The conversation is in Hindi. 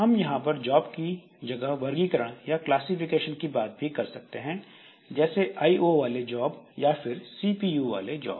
हम यहां पर जॉब की जगह वर्गीकरण या क्लासिफिकेशन की बात भी कर सकते हैं जैसे आइओ वाले जॉब या फिर सीपीयू वाले जॉब